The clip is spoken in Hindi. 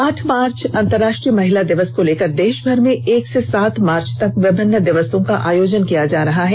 आठ मार्च अंतरराष्ट्रीय महिला दिवस को लेकर देषभर में एक से सात मार्च तक विभिन्न दिवसों का आयोजन किया जा रहा है